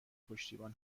پشتیبان